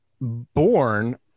Born